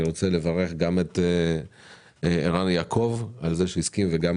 רוצה לברך גם את ערן יעקב על שהסכים וג9